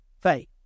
faith